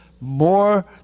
more